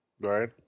Right